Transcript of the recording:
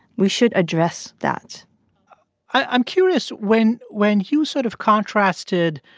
we should address that i'm curious. when when you sort of contrasted,